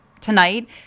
tonight